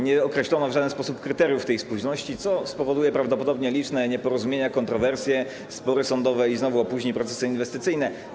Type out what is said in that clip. Nie określono w żaden sposób kryteriów tej spójności, co spowoduje prawdopodobnie liczne nieporozumienia, kontrowersje, spory sądowe i znowu opóźni procesy inwestycyjne.